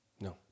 No